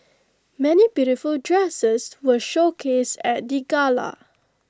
many beautiful dresses were showcased at the gala